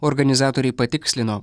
organizatoriai patikslino